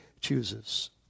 chooses